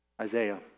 Isaiah